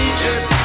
Egypt